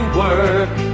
work